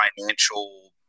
financial